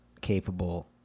capable